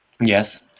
Yes